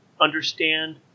understand